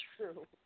true